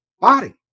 body